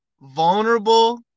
vulnerable